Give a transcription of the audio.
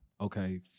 Okay